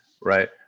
right